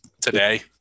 Today